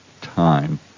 time